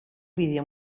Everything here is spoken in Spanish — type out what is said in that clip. video